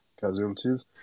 casualties